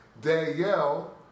Danielle